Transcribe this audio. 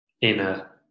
inner